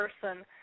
person